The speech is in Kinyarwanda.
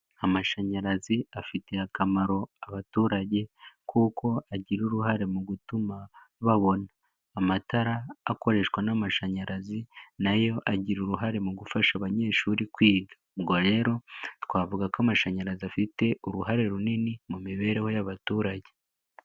Amashanyarazi afitiye akamaro abaturage kuko agira uruhare mu gutuma babona. Amatara akoreshwa n'amashanyarazi nayo agira uruhare mu gufasha abanyeshuri kwiga. Ubwo rero twavuga ko amashanyarazi afite uruhare runini mu mibereho y'abaturage.